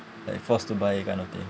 like force to buy kind of thing